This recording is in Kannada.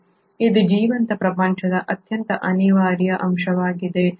ಇದು ಜೀವಂತ ಪ್ರಪಂಚದ ಅತ್ಯಂತ ಅನಿವಾರ್ಯ ಅಂಶವಾಗಿದೆ